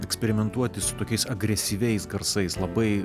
eksperimentuoti su tokiais agresyviais garsais labai